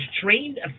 trained